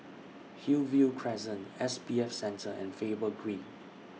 Hillview Crescent S B F Center and Faber Green